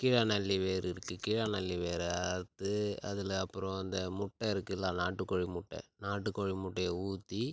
கீழாநெல்லி வேர் இருக்கு கீழாநெல்லி வேரை அறுத்து அதில் அப்புறம் இந்த முட்டை இருக்குல்ல நாட்டுக்கோழி முட்டை நாட்டுக்கோழி முட்டையை ஊற்றி